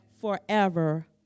forever